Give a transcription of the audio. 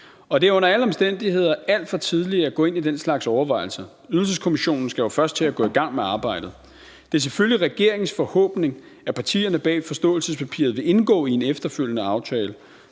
Og det er under alle omstændigheder alt for tidligt at gå ind i den slags overvejelser - Ydelseskommissionen skal jo først til at gå i gang med arbejdet. Det er selvfølgelig regeringens forhåbning, at partierne bag forståelsespapiret vil indgå i en efterfølgende aftale.